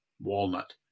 walnut